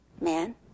Man